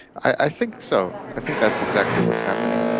i think so, i think that's exactly what's happening,